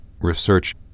research